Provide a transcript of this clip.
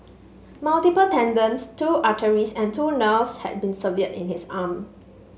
multiple tendons two arteries and two nerves had been severed in his arm